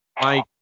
Mike